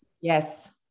yes